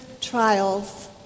trials